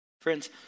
Friends